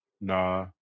Nah